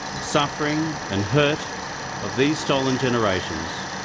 suffering and hurt of these stolen generations,